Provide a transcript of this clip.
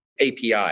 API